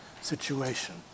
situation